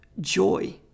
joy